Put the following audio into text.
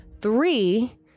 Three